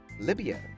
Libya